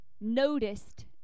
noticed